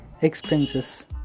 Expenses